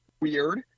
weird